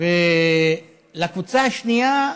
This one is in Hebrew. והקבוצה השנייה,